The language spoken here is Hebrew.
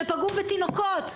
שפגעו בתינוקות.